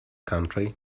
country